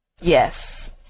Yes